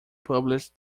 published